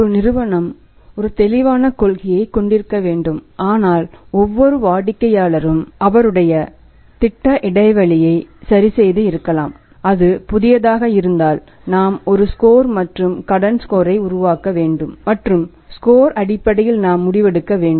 ஒரு நிறுவனம் ஒரு தெளிவான கொள்கையை கொண்டிருக்க வேண்டும் ஆனால் ஒவ்வொரு வாடிக்கையாளரும் அவருடைய திட்ட இடைவெளியை சரிசெய்து இருக்கலாம் அது புதியதாக இருந்தால் நாம் ஒரு ஸ்கோர் மற்றும் கடன் ஸ்கோரை உருவாக்க வேண்டும் மற்றும் ஸ்கோர் அடிப்படையில் நாம் முடிவெடுக்க வேண்டும்